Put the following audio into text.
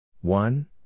One